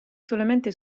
solamente